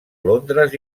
londres